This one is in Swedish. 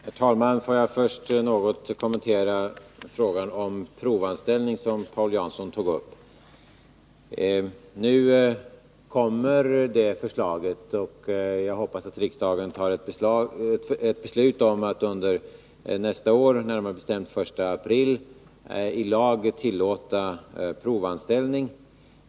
Herr talman! Får jag först något kommentera frågan om provanställning, som Paul Jansson tog upp. Nu kommer förslaget rörande provanställning, och jag hoppas att riksdagen fattar beslut om att under nästa år, närmare bestämt fr.o.m. den 1 april, i lag tillåta provanställning.